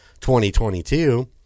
2022